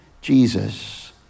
Jesus